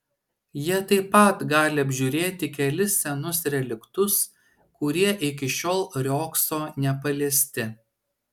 jie taip pat gali apžiūrėti kelis senus reliktus kurie iki šiol riogso nepaliesti